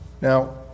Now